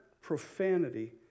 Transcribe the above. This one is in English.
profanity